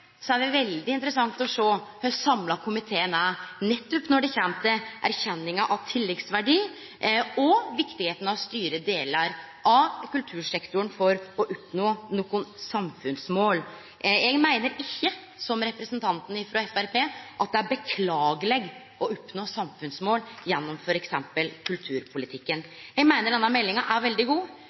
er det veldig interessant å sjå kor samla komiteen er nettopp når det kjem til erkjenninga av tilleggsverdi og viktigheita av å styre delar av kultursektoren for å oppnå nokre samfunnsmål. Eg meiner ikkje – som representanten frå Framstegspartiet – at det er beklageleg å oppnå samfunnsmål gjennom f.eks. kulturpolitikken. Eg meiner at denne meldinga er veldig god.